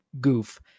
goof